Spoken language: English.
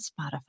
Spotify